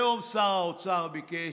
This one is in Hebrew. היום שר האוצר ביקש,